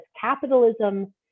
Capitalism